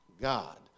God